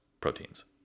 proteins